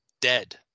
dead